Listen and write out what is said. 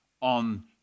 on